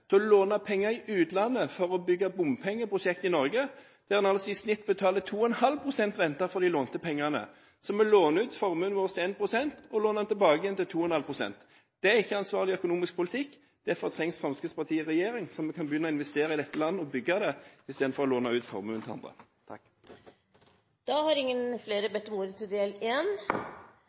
til å låne penger i utlandet for å bygge bompengeprosjekt i Norge, og til i snitt å betale 2,5 pst. rente for de lånte pengene. Vi låner altså ut formuen vår til 1 pst. rente og låner den tilbake til 2,5 pst. rente. Det er ikke ansvarlig økonomisk politikk, og derfor trengs Fremskrittspartiet i regjering, slik at vi kan begynne å investere i dette landet og bygge det, i stedet for å låne ut formuen til andre. Flere har ikke bedt om ordet til del